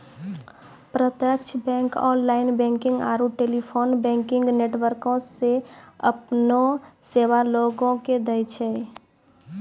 प्रत्यक्ष bank online banking आरू telephone banking नेटवर्को से अपनो सेबा लोगो के दै छै